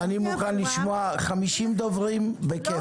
אני מוכן לשמוע 50 דוברים, בכיף.